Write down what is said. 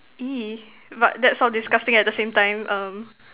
!ee! but that sounds disgusting at the same time um